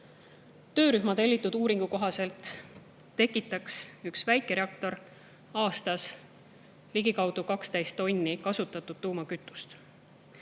tellitud uuringu kohaselt tekitaks üks väikereaktor aastas ligikaudu 12 tonni kasutatud tuumakütust.